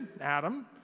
Adam